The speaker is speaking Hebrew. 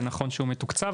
זה נכון שהוא מתוקצב,